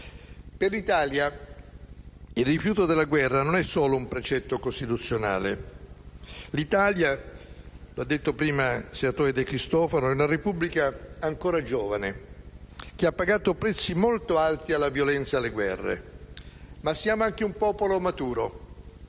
Per l'Italia, il rifiuto della guerra non è solo un precetto costituzionale. L'Italia - come ha detto prima il senatore De Cristofaro - è una Repubblica ancora giovane, che ha pagato prezzi molto alti alla violenza e alle guerre. Siamo però anche un popolo maturo,